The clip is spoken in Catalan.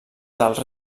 dels